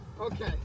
Okay